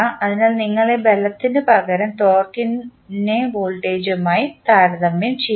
അതിനാൽ നിങ്ങൾ ബലത്തിനുപകരം ടോർക്കിനെ വോൾട്ടേജുമായി താരതമ്യം ചെയ്യുന്നു